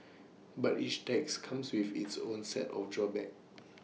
but each tax comes with its own set of drawbacks